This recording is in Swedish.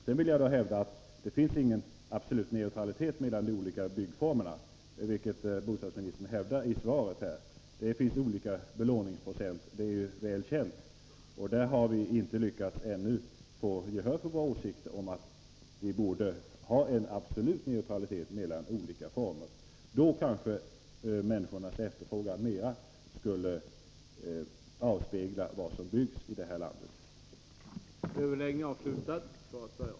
Sedan vill jag hävda att det inte finns någon absolut neutralitet mellan de olika byggformerna, vilket bostadsministern hävdar i svaret. Det finns olika belåningsprocent — det är ju väl känt — och på den punkten har vi ännu inte lyckats få gehör för vår åsikt att det borde finnas en absolut neutralitet mellan olika byggformer. Då kanske människornas efterfrågan mer skulle överens Nr 22 stämma med vad som byggs i det här landet.